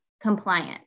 compliant